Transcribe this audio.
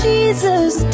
Jesus